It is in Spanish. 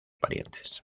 parientes